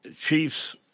Chiefs